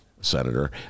Senator